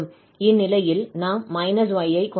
இந்நிலையில் நாம் -y ஐ கொண்டுள்ளோம்